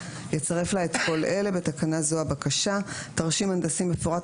ויצרף לה את כל אלה (בתקנה זו הבקשה): תרשים הנדסי מפורט,